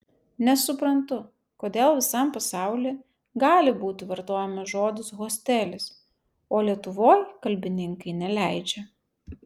nesuprantu kodėl visam pasauly gali būti vartojamas žodis hostelis o lietuvoj kalbininkai neleidžia